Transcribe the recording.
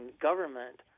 government